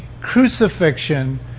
crucifixion